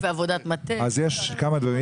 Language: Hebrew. אז יש כמה דברים,